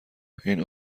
این